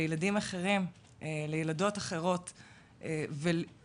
לילדים אחרים, לילדות אחרות ולהקל,